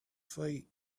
feet